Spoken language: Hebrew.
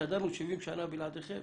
הסתדרנו 70 שנה בלעדיכם,